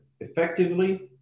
effectively